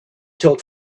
told